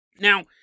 Now